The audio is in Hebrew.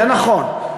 זה נכון,